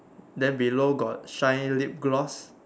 then below got shine lip gloss